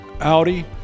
Audi